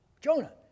Jonah